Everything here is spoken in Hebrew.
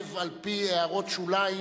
מחייב על-פי הערות שוליים,